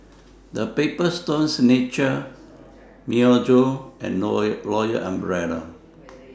The Paper Stone Signature Myojo and Royal Umbrella